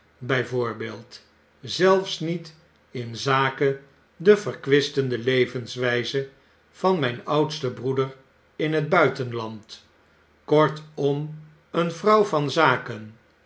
zelfs met in zake deverkwistende levenswyze van myn oudsten broeder in het buitenland kortom een vrouw van zaken